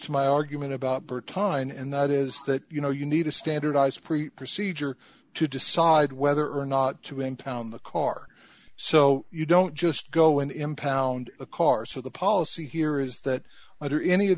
to my argument about birth time and that is that you know you need a standardized procedure to decide whether or not to impound the car so you don't just go and impound a car so the policy here is that under any of